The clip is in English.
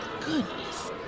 goodness